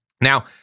Now